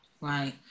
Right